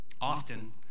often